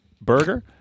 Burger